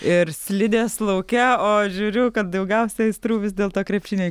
ir slidės lauke o žiūriu kad daugiausia aistrų vis dėlto krepšiniui